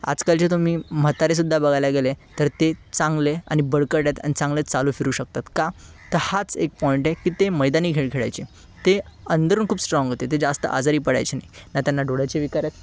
आजकालचे तुम्ही म्हातारेसुद्धा बघायला गेले तर ते चांगले आणि बळकट आहेत अणि चांगले चालू फिरू शकतात का तर हाच एक पॉईंट आहे की ते मैदानी खेळ खेळायचे ते अंदरून खूप स्ट्राँग होते ते जास्त आजारी पडायचे नाही न त्यांना डोळ्याचे विकार आहेत